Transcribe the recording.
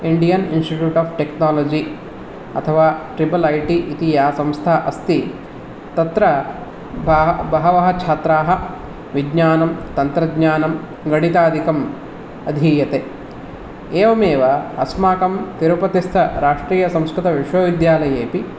Indian Institute of Technology अथवा triple I T इति या संस्था अस्ति तत्र बह बहवः छात्राः विज्ञानं तन्त्रज्ञानं गणितादिकं अधीयते एवमेव अस्माकं तिरुपतिस्त राष्ट्रीयसंस्कृतविश्वविद्यालयेऽपि